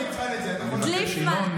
דליפמן,